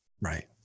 Right